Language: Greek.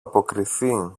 αποκριθεί